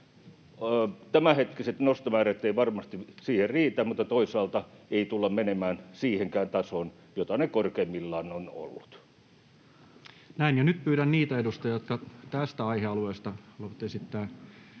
Tämänhetkiset nostomäärät eivät varmasti siihen riitä, mutta toisaalta ei tulla menemään siihenkään tasoon, jota ne korkeimmillaan ovat olleet. Näin. — Ja nyt pyydän niitä edustajia, jotka tästä aihealueesta haluavat esittää